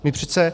My přece...